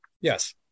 Yes